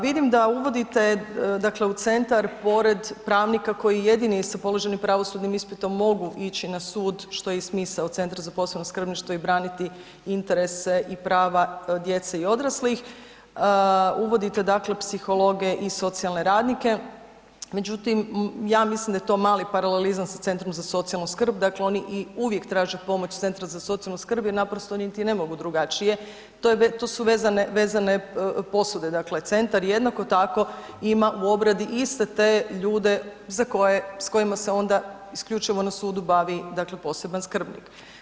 Vidim da uvodite, dakle u centar pored pravnika koji jedini sa položenim pravosudnim ispitom mogu ići na sud, što je i smisao Centra za posebno skrbništvo i braniti interese i prava djece i odraslih, uvodite dakle psihologe i socijalne radnike, međutim ja mislim da je to mali paralelizam sa Centrom za socijalnu skrb, dakle oni uvijek traže pomoć Centra za socijalnu skrb jer naprosto niti ne mogu drugačije, to su vezane, vezane posude, dakle centar jednako tako ima u obradi iste te ljude za koje, s kojima se onda isključivo na sudu bavi dakle poseban skrbnik.